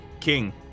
King